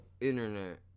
internet